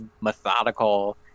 methodical